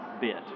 bit